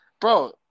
Bro